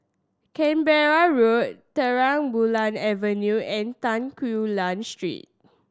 Canberra Road Terang Bulan Avenue and Tan Quee Lan Street